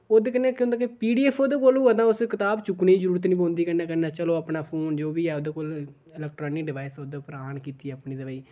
ओह्दे कन्नै इक केह् होंदा कि पी डी एफ ओह्दे कोल होऐ तां उसी कताब चुक्कने दी जरूरत नेईं पौंदी कन्नै कन्नै चलो अपना फोन जो बी ऐ ओह्दे कोल इलेक्ट्रानिक डिवाइस ओह्दे उप्पर आन कीती ते अपनी भई